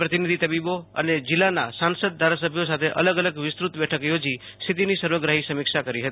પ્રતિનિધિ તબિબો અને જિલ્લાના સાસંદધારાસભ્યો સાથે એલગ એલગ વિસ્તૃ ત બેઠક યોજી સ્થિતિની સર્વગ્રાહી સમિક્ષા કરી હતી